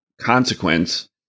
consequence